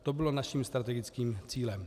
To bylo naším strategickým cílem.